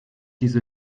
diese